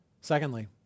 Secondly